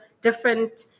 different